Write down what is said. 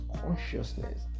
consciousness